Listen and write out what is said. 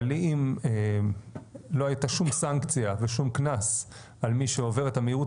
אבל אם לא הייתה שום סנקציה ושום קנס על מי שעובר את המהירות